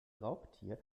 raubtier